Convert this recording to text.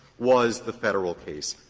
was the federal case.